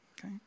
okay